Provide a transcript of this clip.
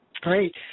Great